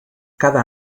cada